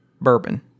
bourbon